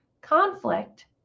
conflict